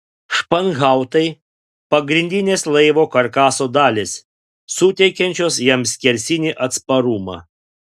španhautai pagrindinės laivo karkaso dalys suteikiančios jam skersinį atsparumą